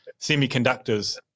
semiconductors